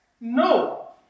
No